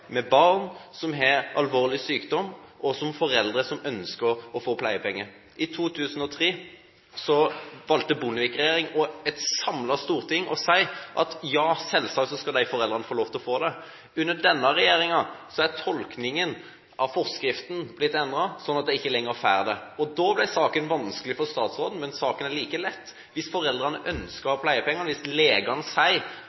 med barn som har en alvorlig sykdom, og om foreldre som ønsker å få pleiepenger. I 2003 valgte Bondevik-regjeringen og et samlet storting å si: Ja, selvsagt skal de foreldrene få lov til å få det. Under denne regjeringen er tolkningen av forskriften blitt endret, slik at de ikke lenger får det. Da blir saken vanskelig for statsråden, men saken er like lett. Hvis foreldrene ønsker